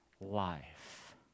life